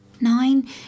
Nine